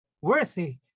worthy